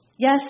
Yes